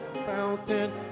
fountain